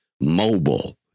mobile